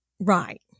right